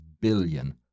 billion